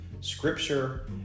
scripture